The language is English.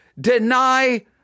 deny